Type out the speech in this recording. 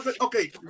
okay